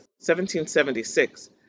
1776